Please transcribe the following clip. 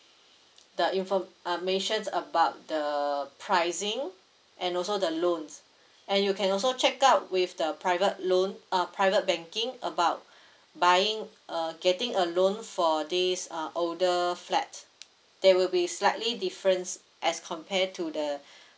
the info~ uh mentions about the pricing and also the loans and you can also check out with the private loan uh private banking about buying uh getting a loan for this uh older flats they will be slightly different as compare to the